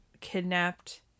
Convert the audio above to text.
kidnapped